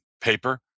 paper